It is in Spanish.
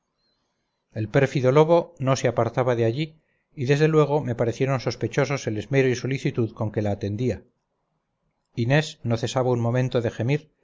el pérfido lobo no se apartaba de allí y desde luego me parecieron sospechosos el esmero y solicitud con que la atendía inés no cesaba un momento de gemir